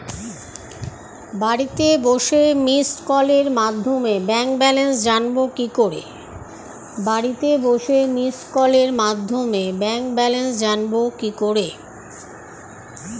বাড়িতে বসে মিসড্ কলের মাধ্যমে ব্যাংক ব্যালেন্স জানবো কি করে?